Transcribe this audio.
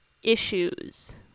Issues